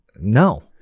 No